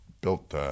built